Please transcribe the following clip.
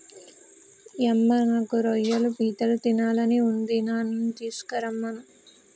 యమ్మ నాకు రొయ్యలు పీతలు తినాలని ఉంది నాన్ననీ తీసుకురమ్మను